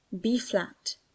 B-flat